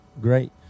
Great